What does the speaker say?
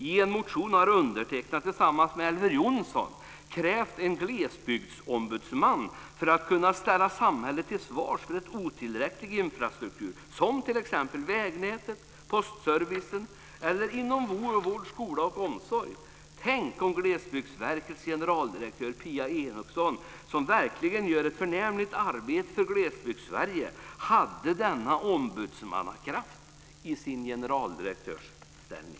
I en motion har undertecknad tillsammans med Elver Jonsson krävt en glesbygdsombudsman för att kunna ställa samhället till svars för otillräcklig infrastruktur som t.ex. vägnät, postservice eller delar av vård, skola och omsorg. Tänk om Glesbygdsverkets generaldirektör Pia Enocksson, som verkligen gör ett förnämligt arbete för Glesbygdssverige, hade denna ombudsmannakraft i sin generaldirektörsställning.